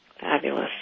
Fabulous